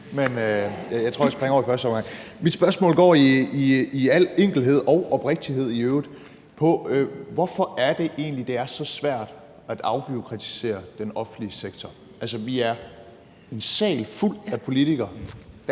jeg tror, jeg springer over i første omgang. Mit spørgsmål går i al enkelhed og oprigtighed i øvrigt på, hvorfor det egentlig er så svært at afbureaukratisere den offentlige sektor. Altså, vi er i en sal fuld af politikere,